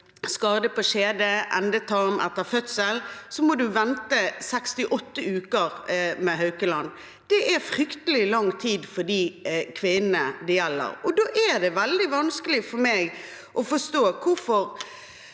skade på skjede eller endetarm etter fødsel må vente i 68 uker. Det er fryktelig lang tid for de kvinnene det gjelder. Da er det veldig vanskelig for meg å forstå hvorfor